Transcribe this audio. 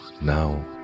Now